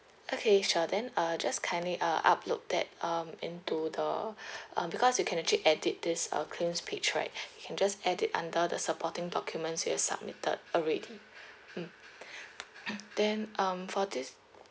okay sure then uh just kindly uh upload that um into the um because you can actually edit this uh claims page right you can just add it under the supporting documents you submitted already mm then um for this